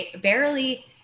barely